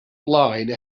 blaen